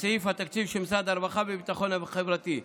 בסעיף התקציב של משרד הרווחה והביטחון החברתי.